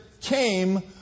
came